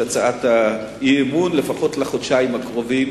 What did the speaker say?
הצעת האי-אמון לפחות לחודשיים הקרובים,